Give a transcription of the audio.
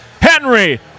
Henry